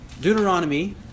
Deuteronomy